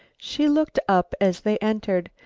she looked up as they entered.